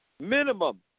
Minimum